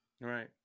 Right